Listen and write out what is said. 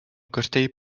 castell